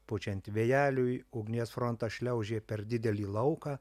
pučiant vėjeliui ugnies frontas šliaužė per didelį lauką